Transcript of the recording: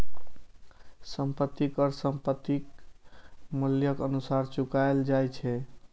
संपत्ति कर संपत्तिक मूल्यक अनुसार चुकाएल जाए छै